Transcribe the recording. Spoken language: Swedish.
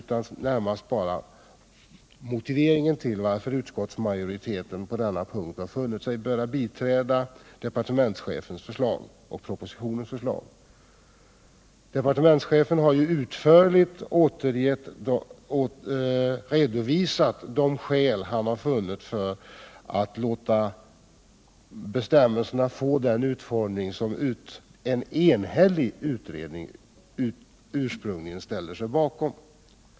Jag skall bara ta upp motiveringen för att utskottsmajoriteten på denna punkt har ansett sig böra biträda propositionen. Departementschefen har utförligt redovisat de skäl han funnit för att låta bestämmelserna få den utformning som en enhällig utredning ursprungligen ställde sig bakom.